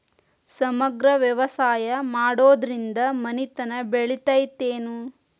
ಸಮಗ್ರ ವ್ಯವಸಾಯ ಮಾಡುದ್ರಿಂದ ಮನಿತನ ಬೇಳಿತೈತೇನು?